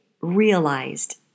realized